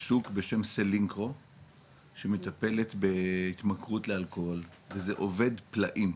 לשוק בשם סלינקרו שמטפלת בהתמכרות לאלכוהול וזה עובד פלאים,